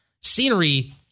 scenery